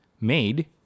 made